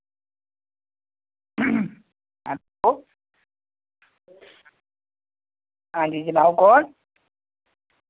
hello हां जी जनाब कौन